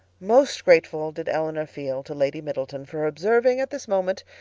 most grateful did elinor feel to lady middleton for observing, at this moment,